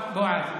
בועז,